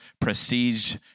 prestige